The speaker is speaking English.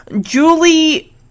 Julie